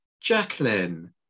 jacqueline